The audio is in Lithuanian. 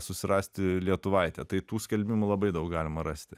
susirasti lietuvaitę tai tų skelbimų labai daug galima rasti